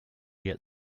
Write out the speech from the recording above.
get